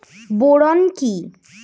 Boron কি?